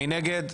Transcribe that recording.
מי נגד?